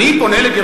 אז למה אתה,